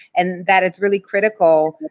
and that it's really critical.